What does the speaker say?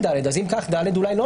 מה שלא מעוגן,